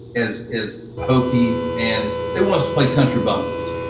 as is hokey and they want us to play country bumpkins,